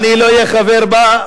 אני לא אהיה חבר בה.